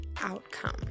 outcome